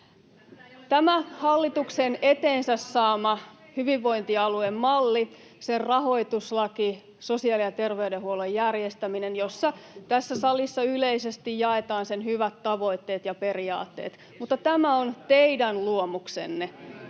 Tämä hallituksen eteensä saama hyvinvointialuemalli, sen rahoituslaki ja sosiaali- ja terveydenhuollon järjestäminen — jossa tässä salissa yleisesti jaetaan sen hyvät tavoitteet ja periaatteet — on teidän luomuksenne.